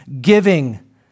giving